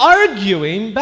arguing